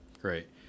Great